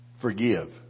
Forgive